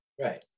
right